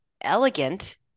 elegant